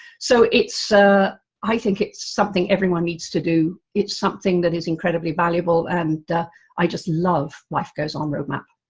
so it's, ah i think, it's something everyone needs to do. it's something that is incredibly valuable and i just love life goes on roadmap.